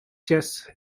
chests